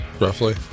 roughly